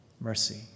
mercy